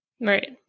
Right